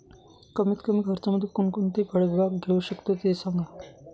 कमीत कमी खर्चामध्ये कोणकोणती फळबाग घेऊ शकतो ते सांगा